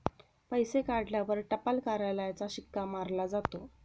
पैसे काढल्यावर टपाल कार्यालयाचा शिक्का मारला जातो